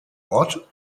ort